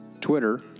Twitter